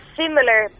similar